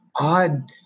odd